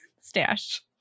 Stash